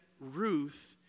Ruth